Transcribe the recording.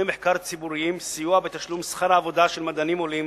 מחקר ציבוריים סיוע בתשלום שכר העבודה של מדענים עולים